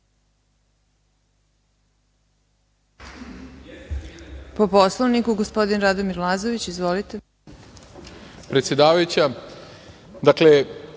Po Poslovniku, gospodin Radomir Lazović. Izvolite.